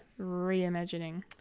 reimagining